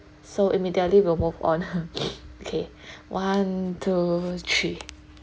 so immediately we'll move on okay one two three